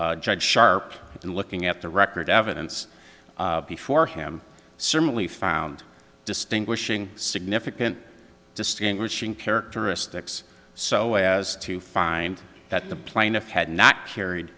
judge sharp in looking at the record evidence before him certainly found distinguishing significant distinguishing characteristics so as to find that the plaintiff had not carried